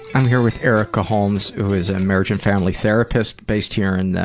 i'm here with erika holmes who is a marriage and family therapist based here and